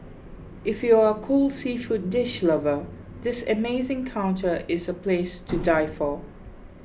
if you are a cold seafood dish lover this amazing counter is a place to die for